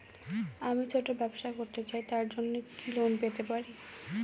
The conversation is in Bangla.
আমি ছোট ব্যবসা করতে চাই তার জন্য কি লোন পেতে পারি?